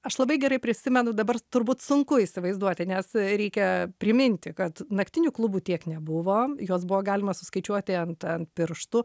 aš labai gerai prisimenu dabar turbūt sunku įsivaizduoti nes reikia priminti kad naktinių klubų tiek nebuvo jos buvo galima suskaičiuoti ant ant pirštų